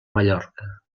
mallorca